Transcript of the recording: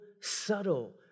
subtle